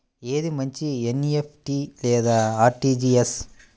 ఏది మంచి ఎన్.ఈ.ఎఫ్.టీ లేదా అర్.టీ.జీ.ఎస్?